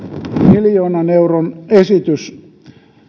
miljoonan euron esitys